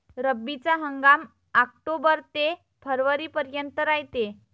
रब्बीचा हंगाम आक्टोबर ते फरवरीपर्यंत रायते